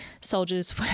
soldiers